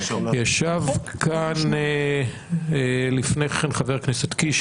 ישב כאן לפני כן חבר הכנסת קיש,